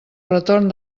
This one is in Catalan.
retorn